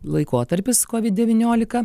laikotarpis covid devyniolika